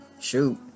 shoot